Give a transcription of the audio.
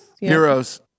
Heroes